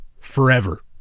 forever